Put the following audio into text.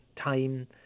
time